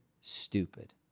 stupid